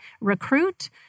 recruit